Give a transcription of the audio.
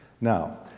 Now